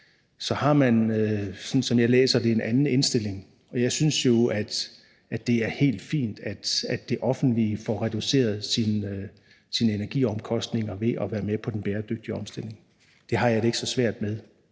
sådan som jeg læser det, en anden indstilling. Jeg synes jo, det er helt fint, at det offentlige får reduceret sine energiomkostninger ved at være med på den bæredygtige omstilling – det har jeg det ikke så svært med.